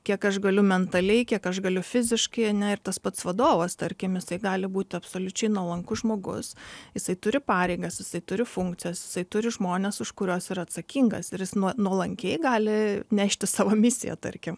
kiek aš galiu mentaliai kiek aš galiu fiziškai ane ir tas pats vadovas tarkim jisai gali būti absoliučiai nuolankus žmogus jisai turi pareigas jisai turi funkcijas jisai turi žmones už kuriuos yra atsakingas ir jis nuo nuolankiai gali nešti savo misiją tarkim